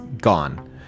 gone